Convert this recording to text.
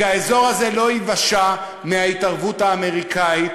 כי האזור הזה לא ייוושע מההתערבות האמריקנית